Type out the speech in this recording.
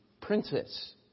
princess